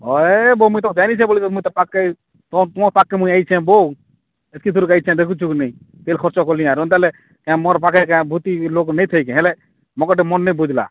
ହଏ ବୋମି ତ ଜାଣିଛେ ବୋଲି ତ ମୁଁଇ ତୋ ପାଖକେ ତୁମ ପାଖକେ ମୁଁ ଆଇଛି ବୋ ଏତକି ଦୁର୍ ଆଇଛେ ଦେଖୁଛୁ କି ନାଇଁ ତେଲ୍ ଖର୍ଚ୍ଚ କଲି ଆର୍ ଏନ୍ତା ହେଲେ ମୋର୍ ପାଖେ କାଁ ବହୁତ୍ ହି ଲୋକ୍ ନାଇଁଥାଇ କା ହେଲେ ମୋ ଗୋଟେ ମନ୍ ନେଇ ବୁଝଲା